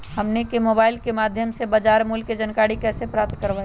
हमनी के मोबाइल के माध्यम से बाजार मूल्य के जानकारी कैसे प्राप्त करवाई?